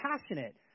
passionate